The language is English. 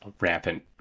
rampant